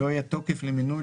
לא יהיה תוקף למינוי,